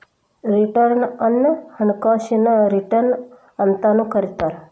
return ಅನ್ನ ಹಣಕಾಸಿನ return ಅಂತಾನೂ ಕರಿತಾರ